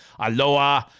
Aloha